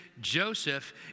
Joseph